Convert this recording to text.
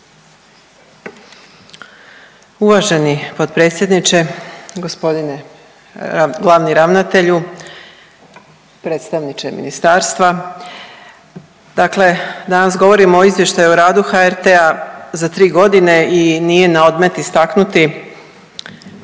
Uvaženi potpredsjedniče, g. glavni ravnatelju. Predstavniče ministarstva, dakle danas govorimo o izvještaju o radu HRT-a za 3 godine i nije naodmet istaknuti